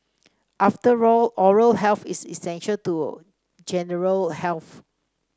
after all oral health is essential to general health